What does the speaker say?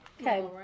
Okay